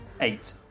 Eight